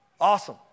Awesome